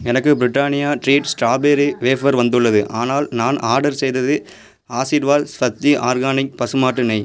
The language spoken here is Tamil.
எனக்கு ப்ரிட்டானியா ட்ரீட் ஸ்ட்ராபெர்ரி வேஃபர் வந்துள்ளது ஆனால் நான் ஆர்டர் செய்தது ஆஷிர்வாத் ஸத்தி ஆர்கானிக் பசுமாட்டு நெய்